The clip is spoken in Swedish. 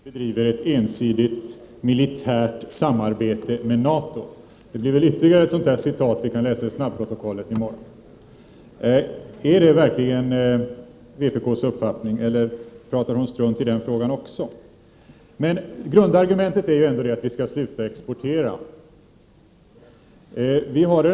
Herr talman! Vad Gudrun Schyman här säger är att vi bedriver ett ensidigt militärt samarbete med NATO - vi får väl läsa om detta också i snabbprotokollet i morgon. Är det verkligen vpk:s uppfattning, eller pratar Gudrun Schyman strunt i den frågan också? Grundargumentet är ju ändå att vi skall sluta exportera krigsmateriel.